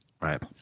Right